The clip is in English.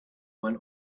when